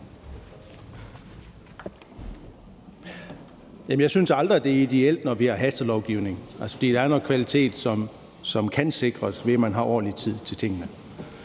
Jeg synes aldrig, det er ideelt, når vi har hastelovgivning, for der er noget kvalitet, som kan sikres, ved at man har ordentlig tid til tingene,